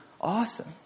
awesome